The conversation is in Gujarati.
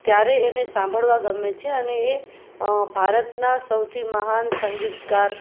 ત્યારે એને સાંભળવા ગમે છે અને એ એ ભારતના સૌથી મહાન સંગીતકાર